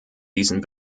diesen